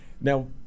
Now